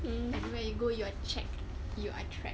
anywhere you go you're checked you are tracked